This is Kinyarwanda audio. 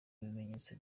bimenyetso